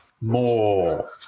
more